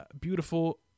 beautiful